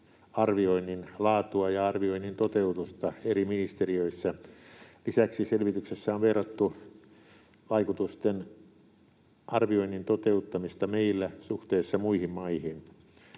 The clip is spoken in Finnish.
vaikutusarvioinnin laatua ja arvioinnin toteutusta eri ministeriöissä. Lisäksi selvityksessä on verrattu vaikutusarvioinnin toteuttamista meillä suhteessa muihin maihin.